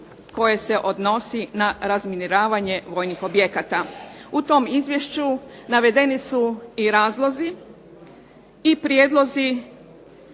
koje se odnosi na razminiravanje vojnih objekata. U tom izvješću navedeni su i razlozi i prijedlozi